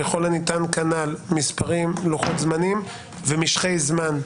ככל הניתן כנ"ל: מספרים, לוחות זמנים ומשכי זמן.